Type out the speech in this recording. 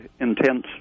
intense